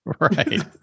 Right